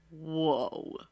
Whoa